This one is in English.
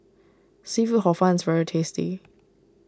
Seafood Hor Fun is very tasty